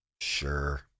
Sure